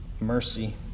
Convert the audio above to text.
mercy